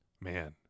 Man